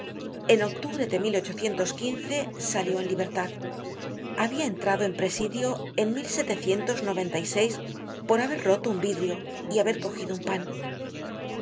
en octubre de salió en libertad habia entrado en presidio en por haber roto un vidrio y haber cogido un pan